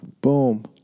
Boom